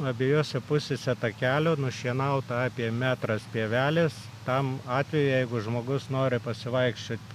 abejose pusėse takelio nušienauta apie metras pievelės tam atvejui jeigu žmogus nori pasivaikščiot